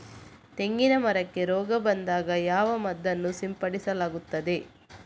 ತೆಂಗಿನ ಮರಕ್ಕೆ ರೋಗ ಬಂದಾಗ ಯಾವ ಮದ್ದನ್ನು ಸಿಂಪಡಿಸಲಾಗುತ್ತದೆ?